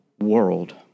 world